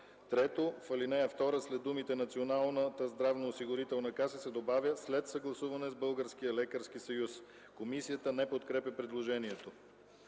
3. В ал. 2 след думите „Националната здравноосигурителна каса” се добавя – „след съгласуване с Българския лекарски съюз”. Комисията не подкрепя предложението.